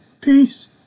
peace